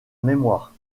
mémoire